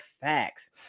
facts